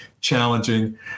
challenging